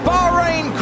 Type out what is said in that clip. Bahrain